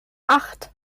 acht